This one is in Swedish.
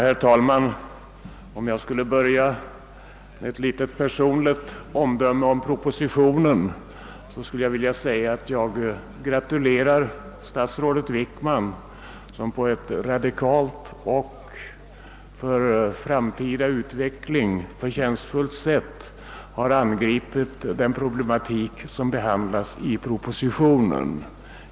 Låt mig börja med ett personligt omdöme om propositionen. Jag skulle vilja gratulera statsrådet Wickman, som på ett radikalt och för framtida utveckling förtjänstfullt sätt har angripit den problematik som där behandlas.